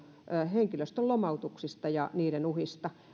henkilöstön lomautuksista ja niiden uhista